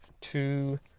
two